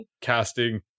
Casting